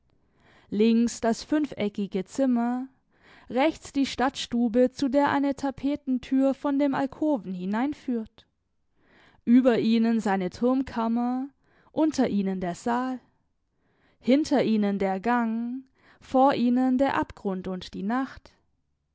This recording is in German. links das fünfeckige zimmer rechts die stadtstube zu der eine tapetentür von dem alkoven hineinführt über ihnen seine turmkammer unter ihnen der saal hinter ihnen der gang vor ihnen der abgrund und die nacht